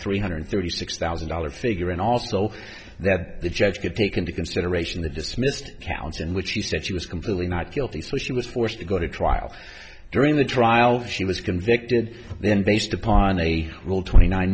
three hundred thirty six thousand dollars figure and also that the judge could take into consideration the dismissed counts in which she said she was completely not guilty so she was forced to go to trial during the trial she was convicted then based upon a rule twenty nine